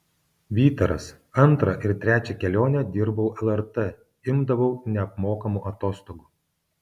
vytaras antrą ir trečią kelionę dirbau lrt imdavau neapmokamų atostogų